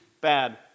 bad